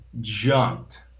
jumped